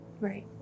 Right